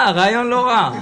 רעיון לא רע.